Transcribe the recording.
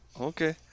okay